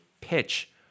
pitch